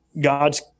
God's